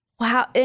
Wow